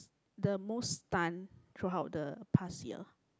the most stun throughout the past year